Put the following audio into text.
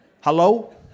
Hello